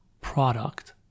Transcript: product